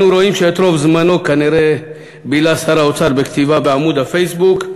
אנחנו רואים שאת רוב זמנו כנראה בילה שר האוצר בכתיבה בעמוד הפייסבוק,